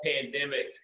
pandemic